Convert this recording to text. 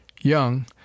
Young